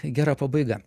gera pabaiga